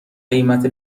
قیمت